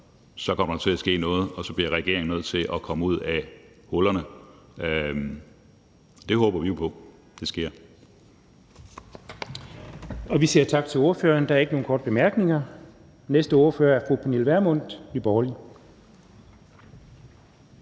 kommer der til at ske noget, og så bliver regeringen nødt til at komme ud af hullerne. Det håber vi jo på sker.